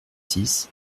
six